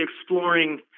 exploring